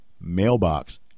Mailbox